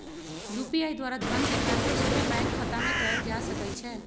UPI द्वारा धन के ट्रांसफर सोझे बैंक खतामें कयल जा सकइ छै